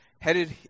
headed